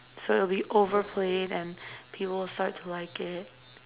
so it'll be overplayed and people will start to like it